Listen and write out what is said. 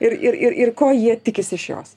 ir ir ir ko jie tikisi iš jos